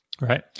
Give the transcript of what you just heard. Right